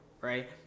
right